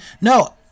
No